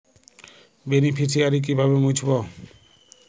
Beneficiary কিভাবে মুছব?